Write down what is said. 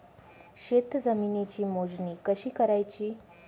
शेत जमिनीची मोजणी कशी करायची?